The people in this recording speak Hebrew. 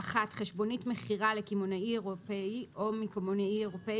(1)חשבונית מכירה לקמעונאי אירופי או מקמעונאי אירופי